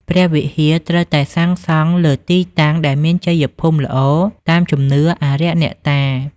ព្រះវិហារ ត្រូវតែសាងសង់លើទីតាំងដែលមានជ័យភូមិល្អតាមជំនឿអារក្សអ្នកតា។